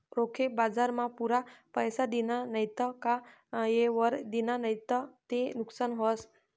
रोखे बजारमा पुरा पैसा दिना नैत का येयवर दिना नैत ते नुकसान व्हस